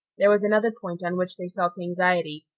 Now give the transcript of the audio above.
there was another point on which they felt anxiety,